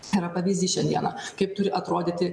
yra pavyzdys šiandieną kaip turi atrodyti